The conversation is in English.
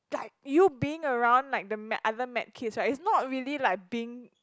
like you being around like the med other med kids right it's not really like being